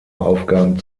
aufgaben